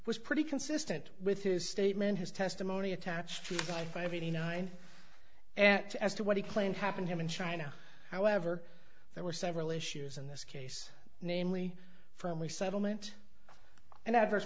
was pretty consistent with his statement his testimony attached to my five eighty nine and as to what he claimed happened here in china however there were several issues in this case namely friendly settlement and adverse